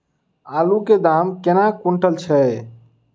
आलु केँ दाम केना कुनटल छैय?